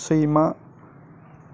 सैमा